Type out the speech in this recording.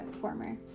former